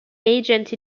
agent